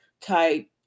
type